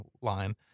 line